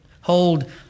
hold